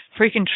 freaking